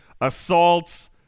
Assaults